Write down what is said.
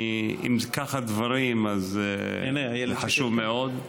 אם כך הדברים, אז חשוב מאוד.